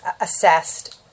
assessed